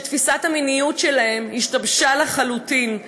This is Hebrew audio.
שתפיסת המיניות שלהם השתבשה לחלוטין,